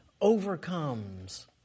overcomes